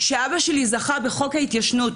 שאבא שלי זכה בחוק ההתיישנות.